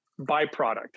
byproduct